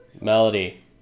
Melody